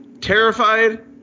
terrified